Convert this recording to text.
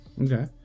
okay